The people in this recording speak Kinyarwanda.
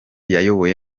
yayoboye